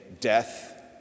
death